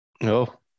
No